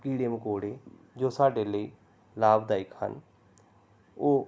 ਕੀੜੇ ਮਕੌੜੇ ਜੋ ਸਾਡੇ ਲਈ ਲਾਭਦਾਇਕ ਹਨ ਉਹ